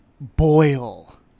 boil